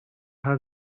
are